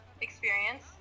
experience